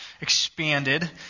expanded